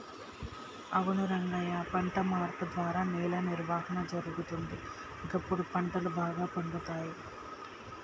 అవును రంగయ్య పంట మార్పు ద్వారా నేల నిర్వహణ జరుగుతుంది, గప్పుడు పంటలు బాగా పండుతాయి